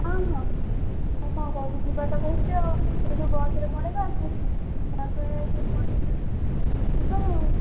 ହଁ ହଁ ଆଉ କ'ଣ କହୁଛୁ ଯିବା ତ କହୁଛି ଆଉ ସେଠୁ ବସ୍ରେ ପଳାଇବା ଆଉ ସେଇଠୁ ତା'ପରେ ସେଇଠୁ ଓହ୍ଲାଇକି ଯିବା ଆଉ